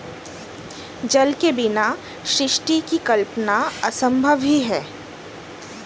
जल के बिना सृष्टि की कल्पना असम्भव ही है